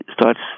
starts